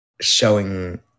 showing